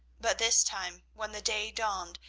but this time, when the day dawned,